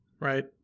Right